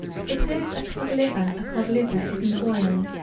suppose a cod liver a cod liver is an oil,